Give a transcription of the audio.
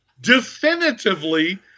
definitively